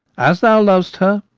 as thou lov'st her,